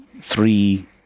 three